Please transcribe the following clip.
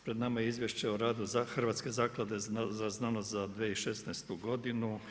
Pred nama je Izvješće o radu Hrvatske zaklade za znanost za 2016. godinu.